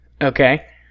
Okay